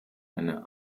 eine